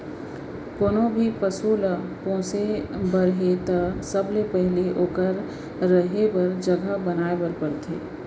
कोनों भी पसु ल पोसे बर हे त सबले पहिली ओकर रहें बर जघा बनाए बर परथे